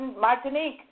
Martinique